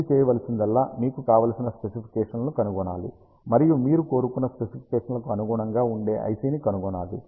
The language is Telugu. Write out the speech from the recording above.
మీరు చేయవలసిందల్లా మీకు కావలసిన స్పెసిఫికేషన్లను కనుగొనాలి మరియు మీరు కోరుకున్న స్పెసిఫికేషన్లకు అనుగుణంగా ఉండే IC ని కనుగొనాలి